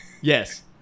yes